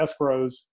escrows